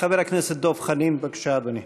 חבר הכנסת דב חנין, בבקשה, אדוני.